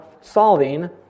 Solving